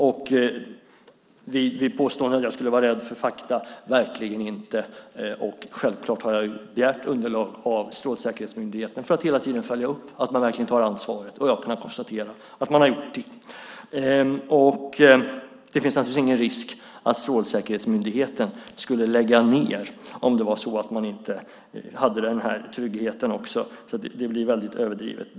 På påståendet att jag skulle vara rädd för fakta svarar jag: verkligen inte! Självklart har jag begärt underlag av Strålsäkerhetsmyndigheten för att hela tiden följa upp att man verkligen tar ansvaret. Jag har kunnat konstatera att man har gjort det. Det finns naturligtvis ingen risk för att Strålsäkerhetsmyndigheten skulle läggas ned om det var så att man inte hade den här tryggheten också. Det blir väldigt överdrivet.